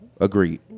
Agreed